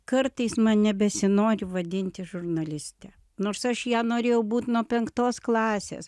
kartais man nebesinori vadinti žurnaliste nors aš ja norėjau būt nuo penktos klasės